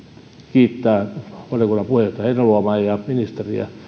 kiittää valiokunnan puheenjohtaja heinäluomaa ja ministeriä